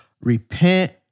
repent